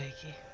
he